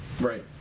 Right